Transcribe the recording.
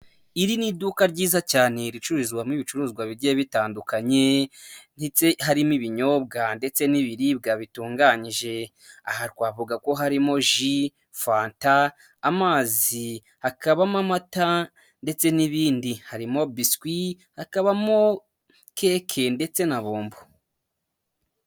Iri ni iduka ryiza cyane ricururizwamo ibicuruzwa bigiye bitandukanye, harimo ibinyobwa ndetse n'ibiribwa bitunganyije, aha twavuga ko harimo ji, fanta, amazi, hakabamo amata ndetse n'ibindi, harimo biswi hakabamo keke ndetse na bombo.